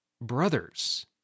brothers